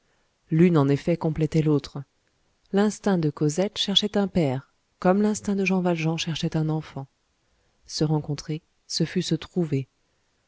l'une en effet complétait l'autre l'instinct de cosette cherchait un père comme l'instinct de jean valjean cherchait un enfant se rencontrer ce fut se trouver